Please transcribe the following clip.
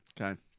Okay